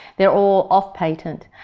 they are all off patent.